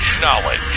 knowledge